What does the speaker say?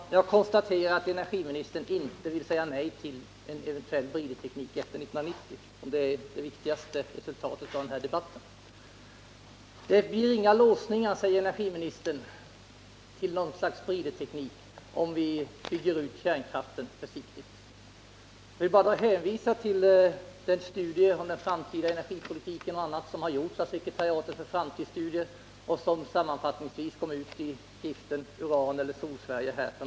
Herr talman! Jag konstaterar att energiministern inte vill säga nej till en eventuell bridteknik efter 1990, och det är det viktigaste resultatet av den här debatten. Det blir ingen låsning till något slags bridteknik, säger energiministern, om vi bygger ut kärnkraften försiktigt. Jag vill bara hänvisa till den studie om den framtida energipolitiken och annat som har gjorts av sekretariatet för framtidsstudier och som har givits ut för några månader sedan i boken ”Sol eller uran — att välja energi för framtiden”.